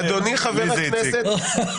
לי זה הציק.